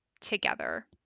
together